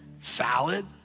Salad